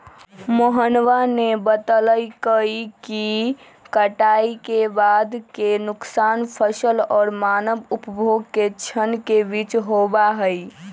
मोहनवा ने बतल कई कि कटाई के बाद के नुकसान फसल और मानव उपभोग के क्षण के बीच होबा हई